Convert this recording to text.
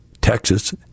Texas